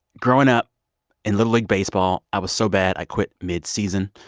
growing up in little league baseball, i was so bad i quit mid-season.